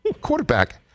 quarterback